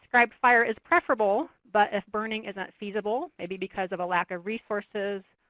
fire but fire is preferable, but if burning isn't feasible maybe because of a lack of resources,